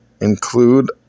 include